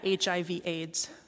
HIV-AIDS